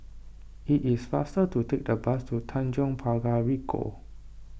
it is faster to take the bus to Tanjong Pagar Ricoh